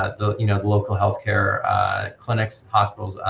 ah the you know local healthcare clinics, hospitals,